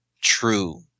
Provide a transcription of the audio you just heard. true